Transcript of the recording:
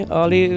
ali